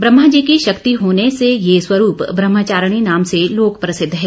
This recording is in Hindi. ब्रह्मा जी की शक्ति होने से यह स्वरूप ब्रह्मचारिणी नाम से लोक प्रसिद्ध है